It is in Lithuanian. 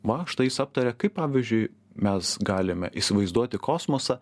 va štai jis aptarė kaip pavyzdžiui mes galime įsivaizduoti kosmosą